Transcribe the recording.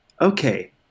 okay